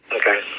Okay